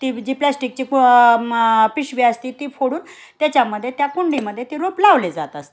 ती जी प्लॅस्टिकची प मग पिशवी असती ती फोडून त्याच्यामध्ये त्या कुंडीमध्ये ते रोप लावले जात असते